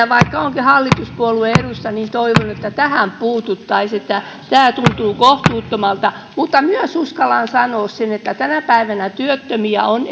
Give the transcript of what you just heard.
vaikka olenkin hallituspuolueen edustaja niin toivon että tähän puututtaisiin tämä tuntuu kohtuuttomalta mutta myös uskallan sanoa sen että tänä päivänä työttömiä on